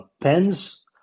pens